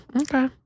Okay